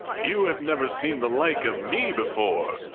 you have never seen the like of me before!